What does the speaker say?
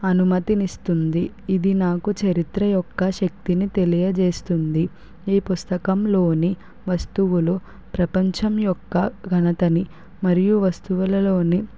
అనుమతినిస్తుంది ఇది నాకు చరిత్ర యొక్క శక్తిని తెలియజేస్తుంది ఈ పుస్తకంలోని వస్తువులు ప్రపంచం యొక్క ఘనతని మరియు వస్తువులలోని